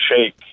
shake